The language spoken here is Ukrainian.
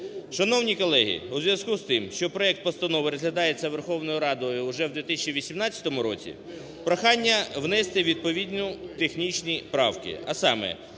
Шановні колеги! У зв'язку з тим, що проект постанови розглядається Верховною Радою вже в 2018 році, прохання внести відповідні технічні правки, а саме: